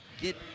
get